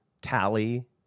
tally